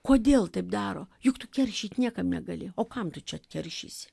kodėl taip daro juk tu keršyt niekam negali o kam tu čia atkeršysi